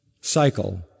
cycle